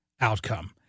outcome